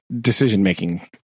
decision-making